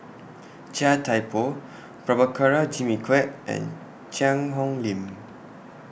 Chia Thye Poh Prabhakara Jimmy Quek and Cheang Hong Lim